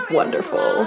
wonderful